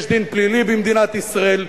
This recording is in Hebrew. יש דין פלילי במדינת ישראל.